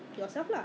对对